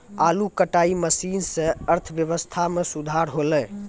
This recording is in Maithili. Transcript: आलू कटाई मसीन सें अर्थव्यवस्था म सुधार हौलय